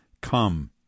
come